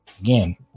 again